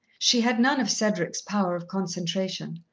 she had none of cedric's power of concentration,